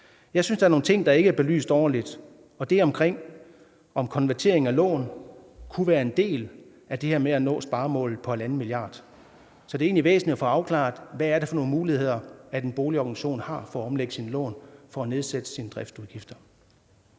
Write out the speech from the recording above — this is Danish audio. Jeg synes, der er nogle ting, der ikke er belyst ordentligt – bl.a. spørgsmålet om, hvorvidt konvertering af lån kunne være en del af det her med at nå sparemålet på 1,5 mia. kr. Så det er egentlig væsentligt at få afklaret, hvad det er for nogle muligheder, en boligorganisation har for at omlægge sine lån for at nedsætte sine driftsudgifter.